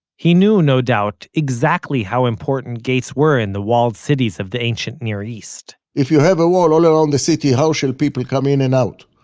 he knew, no doubt, exactly how important gates were in the walled cities of the ancient near east if you have a wall all around the city, how shall people come in and out?